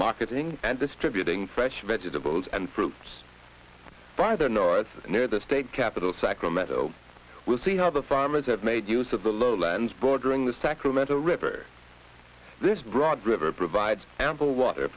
marketing and distributing fresh vegetables and fruits by their north near the state capital sacramento we'll see how the farmers have made use of the lowlands bordering the sacramento river this broad river provides ample water